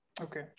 okay